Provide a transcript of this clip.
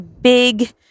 big